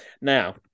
Now